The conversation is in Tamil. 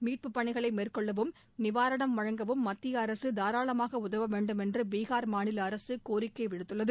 மீட்புப் பணிகளை மேற்கொள்ளவும் நிவாரணம் வழங்கவும் மத்திய அரசு தாராளமாக உதவவேண்டும் என்று பீகார் மாநில அரசு கோரிக்கை விடுத்துள்ளது